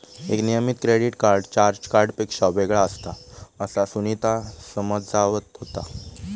एक नियमित credit card charge कार्डपेक्षा वेगळा असता, असा सुनीता समजावत होता